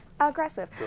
aggressive